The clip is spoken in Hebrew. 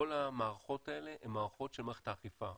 כל המערכות האלה הן מערכות של מערכת האכיפה,